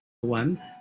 one